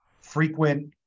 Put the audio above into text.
frequent